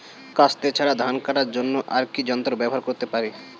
কাস্তে ছাড়া ধান কাটার জন্য আর কি যন্ত্র ব্যবহার করতে পারি?